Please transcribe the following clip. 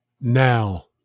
Now